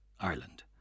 Ireland